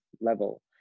level